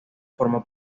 formó